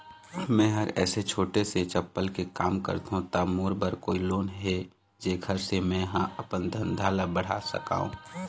मैं हर ऐसे छोटे से चप्पल के काम करथों ता मोर बर कोई लोन हे जेकर से मैं हा अपन धंधा ला बढ़ा सकाओ?